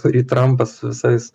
kurį trampas su visais